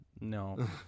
no